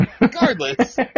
regardless